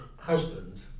husband